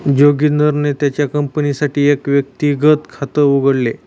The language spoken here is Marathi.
जोगिंदरने त्याच्या कंपनीसाठी एक व्यक्तिगत खात उघडले